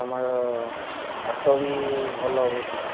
ତୁମର ଭାତ ବି ଭଲ ହେଉଛି